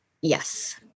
yes